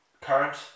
Current